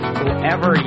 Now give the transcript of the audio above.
whoever